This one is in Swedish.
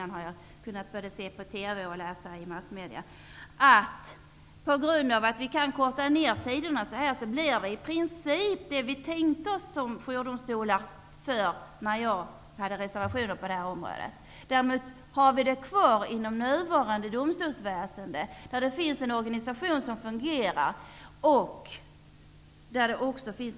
Jag har både kunnat se på TV och läsa i tidningarna att det på grund av att vi kunnat avkorta behandlingstiderna har åstadkommit i princip det som vi tänkte uppnå med hjälp av jourdomstolarna. Vi har i det nuvarande domstolsväsendet en organisation som fungerar och som ser till rättssäkerheten.